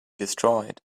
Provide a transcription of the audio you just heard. destroyed